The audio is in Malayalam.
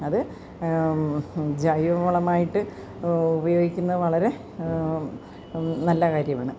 അത് ജൈവവളമായ്ട്ട് ഉപയോഗിക്കുന്നത് വളരെ നല്ല കാര്യമാണ്